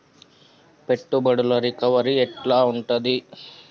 పెట్టుబడుల రికవరీ ఎట్ల ఉంటది?